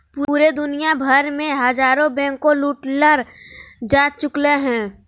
पूरे दुनिया भर मे हजारो बैंके लूटल जा चुकलय हें